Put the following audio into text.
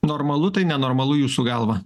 normalu tai nenormalu jūsų galva